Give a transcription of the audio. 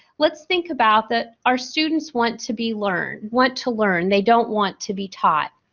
let's think about that our students want to be learn. want to learn. they don't want to be taught.